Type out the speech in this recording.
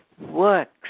works